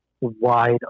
wide